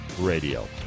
Radio